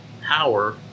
power